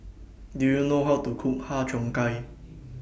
Do YOU know How to Cook Har Cheong Gai